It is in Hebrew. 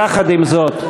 יחד עם זאת,